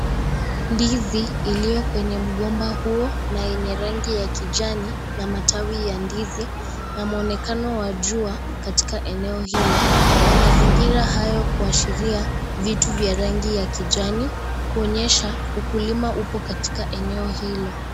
Ndizi ilio kwenye mgomba huo na yenye rangi ya kijani na matawi ya ndizi na mwonekano wa jua katika eneo hilo , na mazingira hayo kuashiria vitu vya rangi ya kijani kuonyesha ukulima upo katika eneo hilo.